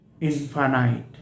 infinite